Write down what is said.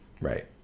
right